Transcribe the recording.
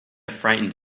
frightened